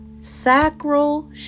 sacral